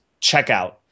checkout